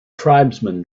tribesmen